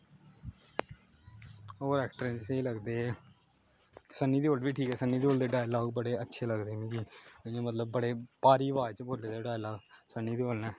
होर ऐक्टरें दी स्हेई लगदे सन्नी देयोल बी ठीक ऐ सन्नी देयोल दे डायलाग बड़े अच्छे लगदे मिगी इ'यां मतलब बड़े भारी अवाज च बोले दे डायलाग सन्नी देयोल ना